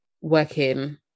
working